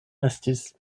estis